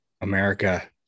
America